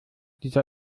dieser